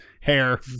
hair